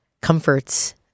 comforts